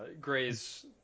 Gray's